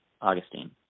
Augustine